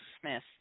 Smith